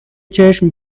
چشم